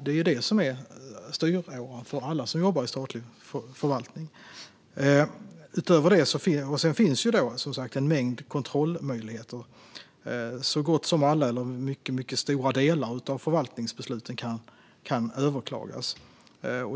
Det är detta som är styråran för alla som jobbar i statlig förvaltning. Sedan finns en mängd kontrollmöjligheter. Så gott som alla förvaltningsbeslut, eller hur som helst mycket stora delar av dem, kan överklagas.